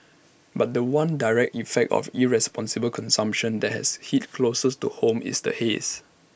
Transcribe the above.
but The One direct effect of irresponsible consumption that has hit closest to home is the haze